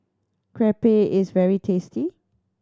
crepe is very tasty